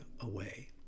away